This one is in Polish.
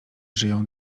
żyją